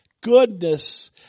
goodness